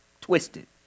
twisted